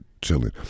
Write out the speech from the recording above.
chilling